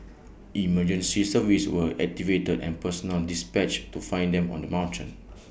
emergency services were activated and personnel dispatched to find them on the mountain